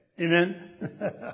amen